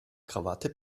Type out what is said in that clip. krawatte